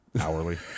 Hourly